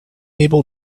able